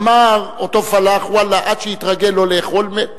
אמר אותו פלאח, ואללה, עד שהתרגל לא לאכול, מת.